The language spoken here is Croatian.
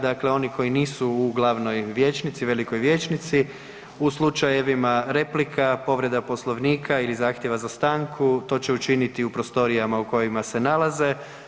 Dakle, oni koji nisu u glavnoj vijećnici, velikoj vijećnici, u slučajevima replika, povreda Poslovnika ili zahtjeva za stanku, to će učiniti u prostorijama u kojima se nalaze.